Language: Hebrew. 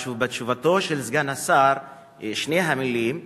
בתשובתו של סגן השר שתי המלים,